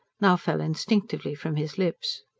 now fell instinctively from his lips.